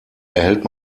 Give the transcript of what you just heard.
erhält